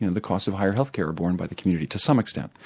and the costs of higher health care are born by the community to some extent.